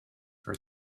for